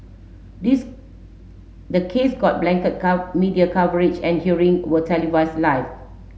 this the case got blanket media coverage and hearing were televised live